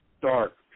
dark